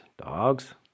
dogs